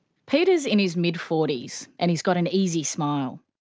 peter's in his mid-forties, and he's got an easy smile.